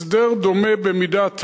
הסדר דומה במידת מה,